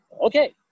Okay